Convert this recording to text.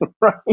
Right